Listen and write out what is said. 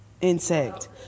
Insect